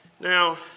Now